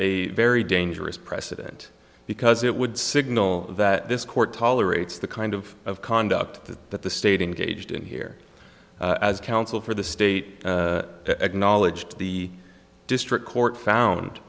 a very dangerous precedent because it would signal that this court tolerates the kind of of conduct that the state engaged in here as counsel for the state acknowledged the district court found